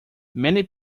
many